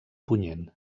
punyent